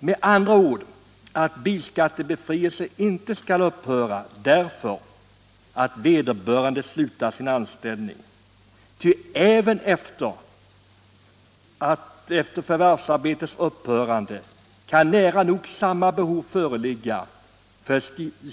Med andra ord: Bilskattebefrielse skall inte upphöra, därför att vederbörande slutar sin anställning, ty även efter förvärvsarbetets upphörande kan nära nog samma behov av